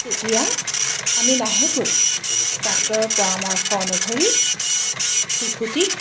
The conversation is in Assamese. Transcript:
তেতিয়া আমি লাহেকৈ ডাক্তৰৰ পৰামৰ্শ অনুসৰি শিশুটিক